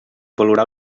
valorar